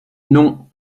non